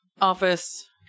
office